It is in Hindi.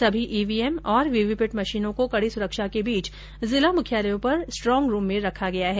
सभी ईवीएम और वींवीपैट मशीनों को कड़ी सुरक्षा के बीच जिला मुख्यालयों पर स्ट्रॉग रूम में रखा गया है